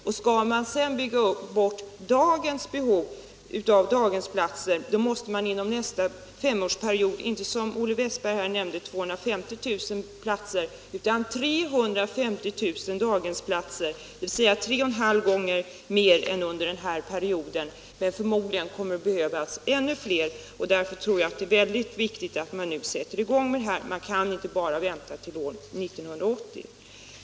Om man sedan skall tillgodose dagens behov av daghemsplatser måste man åstadkomma 350 000 — inte, som Olle Wästberg sade, 250 000 — dvs. tre och halv gånger mer än under den femårsperiod som gått. Det kommer förmodligen att behövas ännu fler platser, och därför tror jag att det är väldigt viktigt att man nu sätter i gång med det här. Man kan inte vänta till år 1980.